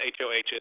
HOHs